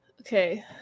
Okay